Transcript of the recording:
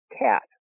cat